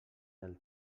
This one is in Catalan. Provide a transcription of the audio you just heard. del